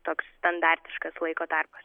toks standartiškas laiko tarpas